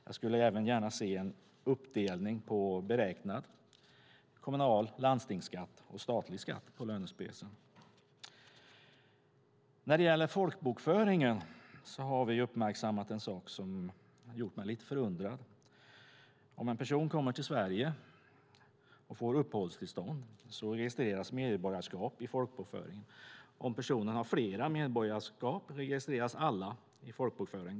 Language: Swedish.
Jag skulle gärna även se en uppdelning på beräknad kommunalskatt, landstingsskatt och statlig skatt i lönespecifikationen. När det gäller folkbokföringen har vi uppmärksammat en sak som har gjort mig lite förundrad. Om en person kommer till Sverige och får uppehållstillstånd registreras medborgarskap i folkbokföringen. Om personen har flera medborgarskap registreras alla i folkbokföringen.